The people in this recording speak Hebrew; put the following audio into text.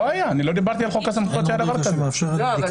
לא דיברתי על כך שהיה דבר כזה בחוק